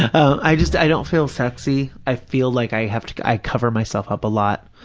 i just, i don't feel sexy. i feel like i have to, i cover myself up a lot.